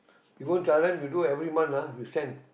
you go and tell them you do every month lah you send